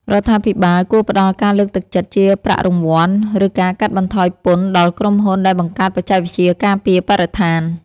រដ្ឋាភិបាលគួរផ្តល់ការលើកទឹកចិត្តជាប្រាក់រង្វាន់ ឬការកាត់បន្ថយពន្ធដល់ក្រុមហ៊ុនដែលបង្កើតបច្ចេកវិទ្យាការពារបរិស្ថាន។